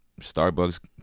Starbucks